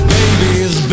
babies